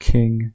King